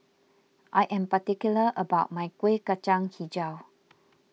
I am particular about my Kuih Kacang HiJau